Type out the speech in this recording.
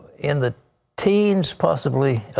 in the teens, possibly,